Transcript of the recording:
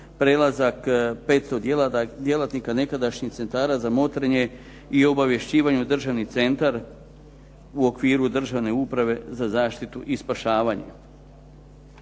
prelazak 500 djelatnika nekadašnjih centara za motrenje i obavješćivanje u državni centar u okviru Državne uprave za zaštitu i spašavanje.